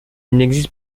n’existe